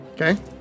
Okay